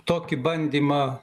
tokį bandymą